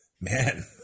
man